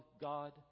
God